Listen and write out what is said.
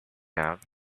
out